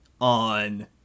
on